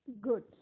Good